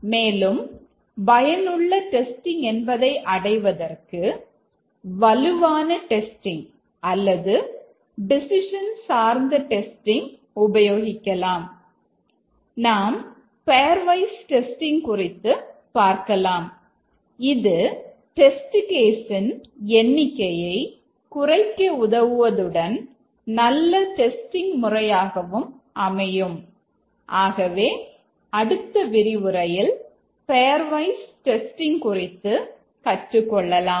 மேலும் பயனுள்ள டெஸ்டிங் என்பதை அடைவதற்கு வலுவான டெஸ்டிங் அல்லது டெசிஷன் குறித்து கற்றுக்கொள்ளலாம்